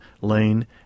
Lane